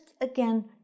again